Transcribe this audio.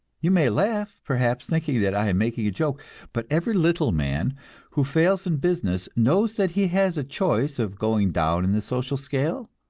you may laugh, perhaps, thinking that i am making a joke but every little man who fails in business knows that he has a choice of going down in the social scale,